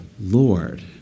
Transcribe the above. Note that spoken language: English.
Lord